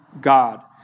God